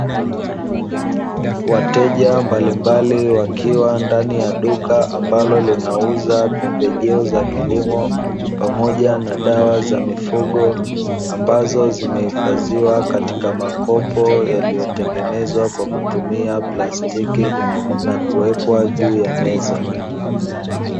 Wateja mbalimbali wakiwa ndani ya duka ambalo linauza pembejeo za kilimo pamoja na dawa za mifugo, ambazo zimehifadhiwa katika makopo yaliyotengenezwa kwa kutumia plastiki na kuwekwa juu ya meza.